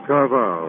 Carval